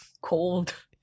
cold